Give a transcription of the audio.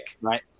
Right